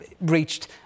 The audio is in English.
reached